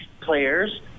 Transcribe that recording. players